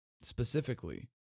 specifically